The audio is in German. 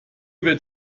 wird